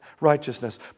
righteousness